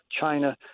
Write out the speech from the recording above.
China